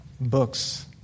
books